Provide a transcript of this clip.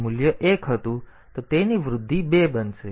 જો મૂલ્ય 1 હતું તો તેની વૃદ્ધિ 2 બનશે